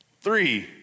Three